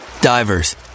Divers